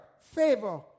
favor